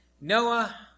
Noah